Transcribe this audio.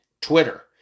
Twitter